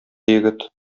егет